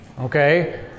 okay